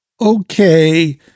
Okay